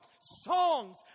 songs